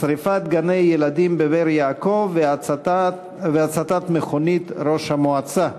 שרפת גני-ילדים בבאר-יעקב והצתת מכונית ראש המועצה.